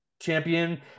champion